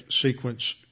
sequence